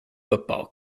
football